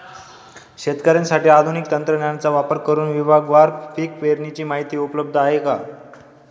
शेतकऱ्यांसाठी आधुनिक तंत्रज्ञानाचा वापर करुन विभागवार पीक पेरणीची माहिती उपलब्ध आहे का?